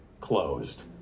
closed